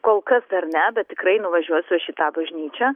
kol kas dar ne bet tikrai nuvažiuosiu aš į tą bažnyčią